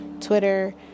Twitter